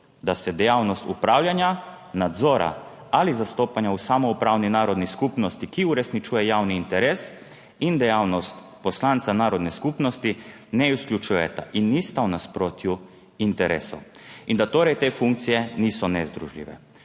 da se dejavnost upravljanja, nadzora ali zastopanja v samoupravni narodni skupnosti, ki uresničuje javni interes, in dejavnost poslanca narodne skupnosti ne izključujeta in nista v nasprotju interesov in da torej te funkcije niso nezdružljive.